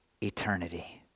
eternity